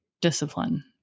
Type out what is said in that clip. discipline